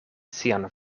sian